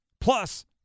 plus